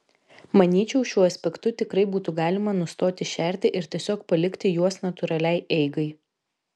manyčiau šiuo aspektu tikrai būtų galima nustoti šerti ir tiesiog palikti juos natūraliai eigai